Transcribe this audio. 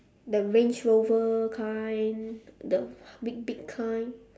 the range rover kind the big big kind